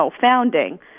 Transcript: founding